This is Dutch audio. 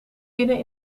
binnen